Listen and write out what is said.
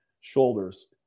shoulders